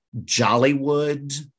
Jollywood